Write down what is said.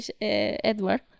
Edward